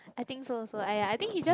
I think so also !aiya! I think he just